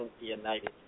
United